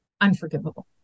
unforgivable